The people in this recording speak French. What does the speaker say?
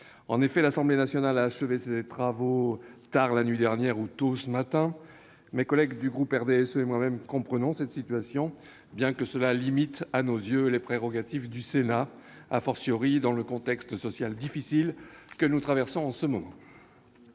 En effet, l'Assemblée nationale a achevé ses travaux tard la nuit dernière. Mes collègues du groupe du RDSE et moi-même comprenons cette situation, bien que cela limite, à nos yeux, les prérogatives du Sénat, dans le contexte social difficile que nous traversons en ce moment.